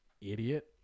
Idiot